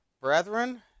Brethren